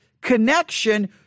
connection